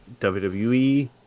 WWE